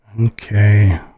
Okay